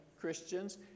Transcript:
Christians